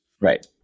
Right